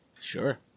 Sure